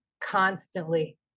constantly